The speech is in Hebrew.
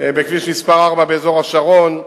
בכביש מס' 4 באזור השרון,